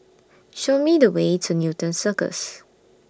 Show Me The Way to Newton Circus